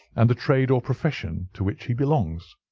and the trade or profession to which he belongs.